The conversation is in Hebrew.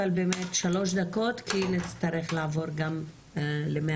אבל באמת שלוש דקות כי נצטרך לעבור גם ל-105.